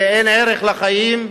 זה, אין ערך לחיים,